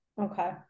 Okay